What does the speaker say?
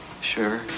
Sure